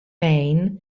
maine